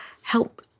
help